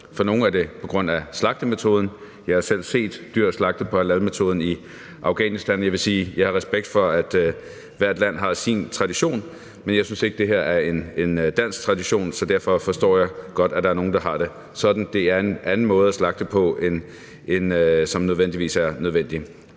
For nogle er det på grund af slagtemetoden. Jeg har selv set dyr blive slagtet efter halalmetoden i Afghanistan. Jeg vil sige, at jeg har respekt for, at hvert land har sin tradition, men jeg synes ikke, at det her er en dansk tradition, så derfor forstår jeg godt, at der er nogle, der har det sådan. Det er en anden måde at slagte på end det, der nødvendigvis er nødvendigt.